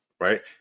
right